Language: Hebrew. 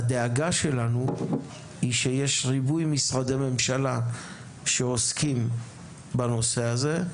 הדאגה שלנו היא שיש ריבוי משרדי ממשלה שעוסקים בנושא הזה,